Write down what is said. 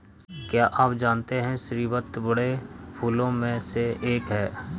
क्या आप जानते है स्रीवत बड़े फूलों में से एक है